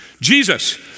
Jesus